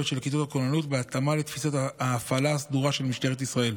של כיתות הכוננות בהתאמה לתפיסת ההפעלה הסדורה של משטרת ישראל.